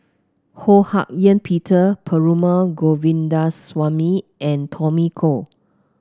Ho Hak Ean Peter Perumal Govindaswamy and Tommy Koh